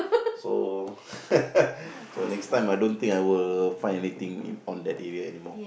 so so next time I don't think I will find anything in on that area anymore